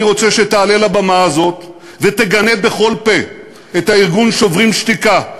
אני רוצה שתעלה לבמה הזאת ותגנה בכל פה את הארגון "שוברים שתיקה",